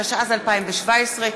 התשע"ז 2017,